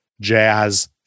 jazz